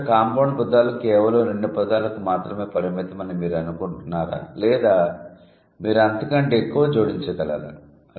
మొదట కాంపౌండ్ పదాలు కేవలం రెండు పదాలకు మాత్రమే పరిమితం అని మీరు అనుకుంటున్నారా లేదా మీరు అంతకంటే ఎక్కువ జోడించగలరా